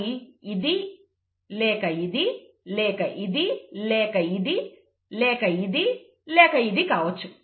అది ఇది లేక ఇది లేక ఇది లేక ఇది లేక ఇది లేక ఇది కావచ్చు